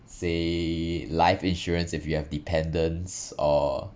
say life insurance if you have dependents or